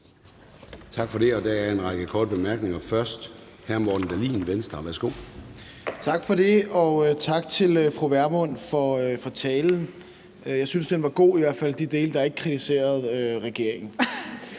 Tak for det. Der er en række korte bemærkninger. Først er det fra hr. Morten Dahlin, Venstre. Værsgo. Kl. 21:30 Morten Dahlin (V): Tak for det, og tak til fru Pernille Vermund for talen. Jeg synes, den var god, i hvert fald de dele, der ikke kritiserede regeringen.